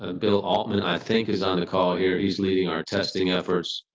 ah bill almond. i think is on the call here. he's leading our testing efforts.